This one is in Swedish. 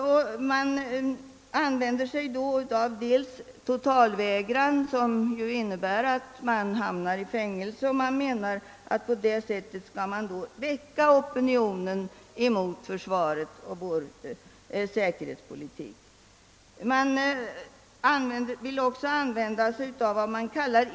Denna kategori av människor uppmanar till totalvägran, som ju medför fängelsestraff, och hoppas på det sättet kunna väcka opinion mot försvaret och mot vår säkerhetspolitik. Också infiltration anbefalles.